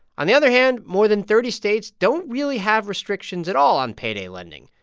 on the other hand, more than thirty states don't really have restrictions at all on payday lending.